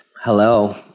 Hello